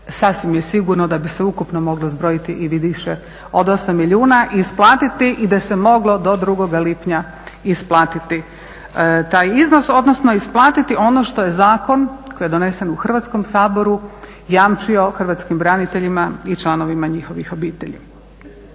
Sasvim je sigurno da bi se ukupno moglo zbrojiti i više od 8 milijuna i isplatiti i da se moglo do 2. lipnja isplatiti taj iznos, odnosno isplatiti ono što je zakon koji je donesen u Hrvatskom saboru jamčio hrvatskim braniteljima i članovima njihovih obitelji.